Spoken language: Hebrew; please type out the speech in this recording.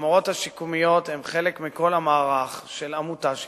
המורות השיקומיות הן חלק מכל המערך של עמותה שהתמוטטה.